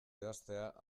idaztea